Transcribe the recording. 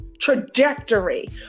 trajectory